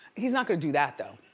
he's not gonna do that though.